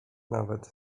nawet